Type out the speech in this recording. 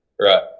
Right